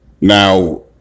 Now